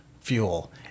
fuel